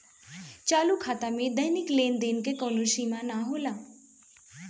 चालू खाता में दैनिक लेनदेन के कवनो सीमा ना होला